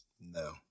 No